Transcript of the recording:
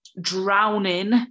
drowning